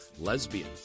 Lesbian